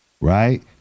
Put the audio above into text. right